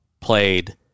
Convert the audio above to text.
played